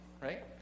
Right